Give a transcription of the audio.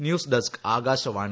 news desk Akashvani